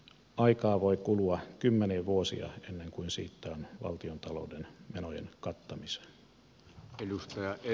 aikaa voi kulua kymmeniä vuosia ennen kuin siitä on valtiontalouden menojen kattamiseen